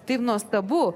taip nuostabu